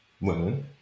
women